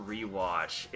Rewatch